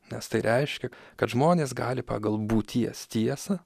nes tai reiškia kad žmonės gali pagal būties tiesą